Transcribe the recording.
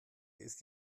ist